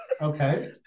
Okay